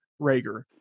Rager